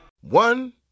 One